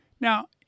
Now